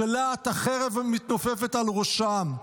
"כשלהט החרב מתנופפת על ראשם",